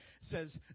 says